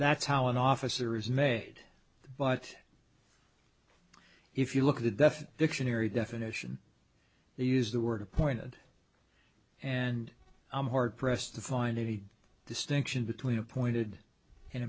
an officer is made but if you look at the deaf dictionary definition they use the word appointed and i'm hard pressed to find any distinction between appointed and